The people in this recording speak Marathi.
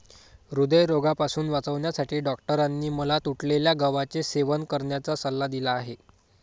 हृदयरोगापासून वाचण्यासाठी डॉक्टरांनी मला तुटलेल्या गव्हाचे सेवन करण्याचा सल्ला दिला आहे